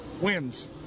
wins